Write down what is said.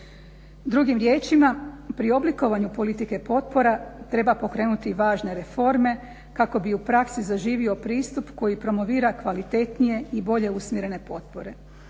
Drugim riječima, pri oblikovanju politike potpora treba pokrenuti važne reforme kako bi u praksi zaživio pristup koji promovira kvalitetnije i bolje usmjerene potpore